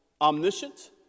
omniscient